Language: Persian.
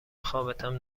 خوابتم